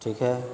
ٹھیک ہے